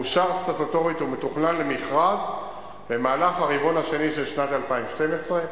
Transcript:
מאושר סטטוטורית ומתוכנן למכרז במהלך הרבעון השני של שנת 2012,